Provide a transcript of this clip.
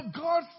God